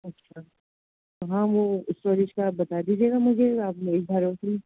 اچھا ہاں وہ اسٹورج کا آپ بتا دیجیے گا مجھے آپ نے ایک اوکے